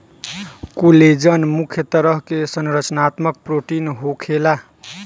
collagen मुख्य तरह के संरचनात्मक प्रोटीन होखेला